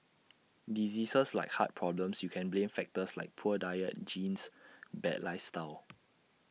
diseases like heart problems you can blame factors like poor diet genes bad lifestyle